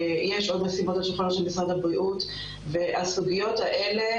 יש עוד משימות על שולחנו של משרד הבריאות והסוגיות האלה